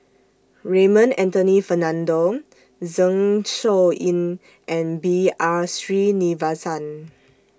Raymond Anthony Fernando Zeng Shouyin and B R Sreenivasan